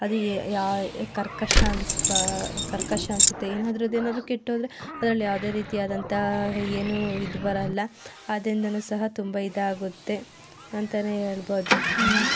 ಅದು ಕರ್ಕಶ ಅನ್ಸ್ಬಾ ಕರ್ಕಶ ಅನ್ನಿಸುತ್ತೆ ಏನಾದರೂ ಅದೇನಾದರೂ ಕೆಟ್ಟೋದ್ರೆ ಅದ್ರಲ್ಲಿ ಯಾವುದೇ ರೀತಿ ಆದಂಥ ಏನೂ ಇದು ಬರಲ್ಲ ಆದ್ದರಿಂದಲೂ ಸಹ ತುಂಬ ಇದಾಗುತ್ತೆ ಅಂತಲೇ ಹೇಳ್ಬೋದು